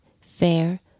fair